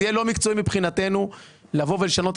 זה יהיה לא מקצועי מבחינתנו לבוא ולשנות את